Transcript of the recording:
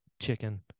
chicken